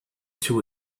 two